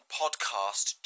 podcast